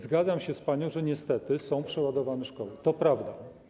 Zgadzam się z panią, że niestety są przeładowane szkoły - to prawda.